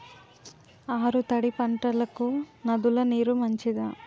ఆరు తడి పంటలకు నదుల నీరు మంచిదా?